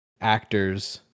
actors